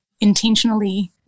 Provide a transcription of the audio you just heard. intentionally